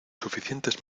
suficientes